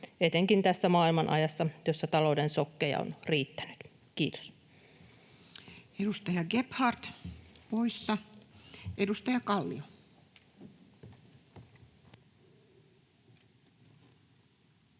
etenkin tässä maailmanajassa, jossa talouden šokkeja on riittänyt. — Kiitos. Edustaja Gebhard, poissa. — Edustaja Kallio.